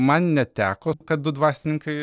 man neteko kad du dvasininkai